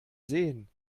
sehen